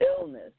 illness